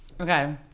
Okay